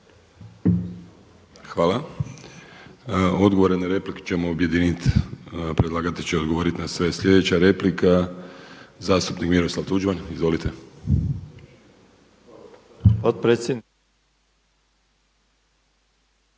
Hvala. Odgovore na replike ćemo objedinit, predlagatelj će odgovoriti na sve. Slijedeća replika zastupnik Miroslav Tuđman. Izvolite.